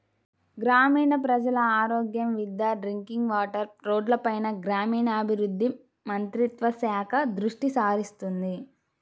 గ్రామీణ ప్రజల ఆరోగ్యం, విద్య, డ్రింకింగ్ వాటర్, రోడ్లపైన గ్రామీణాభివృద్ధి మంత్రిత్వ శాఖ దృష్టిసారిస్తుంది